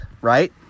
right